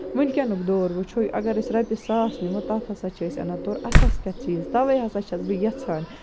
ؤنکیٚنُک دور وُچھو اَگر أسۍ رۄپیہِ ساس نِمو تَتھ ہسا چھِ أسۍ اَنان تورٕ اَتھس کھیٚتھ چیٖز تَوے ہسا چھَس بہٕ یَژھان